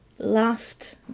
Last